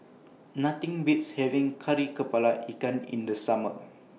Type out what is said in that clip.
Nothing Beats having Kari Kepala Ikan in The Summer